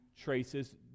traces